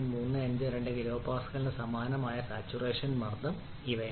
352 kPa ന് സമാനമായ saturation മർദ്ദം ഇതാണ്